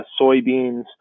soybeans